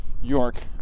York